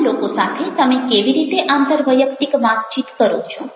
અન્ય લોકો સાથે તમે કેવી રીતે આંતરવૈયક્તિક વાતચીત કરો છો